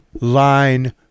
Line